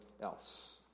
else